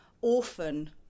orphan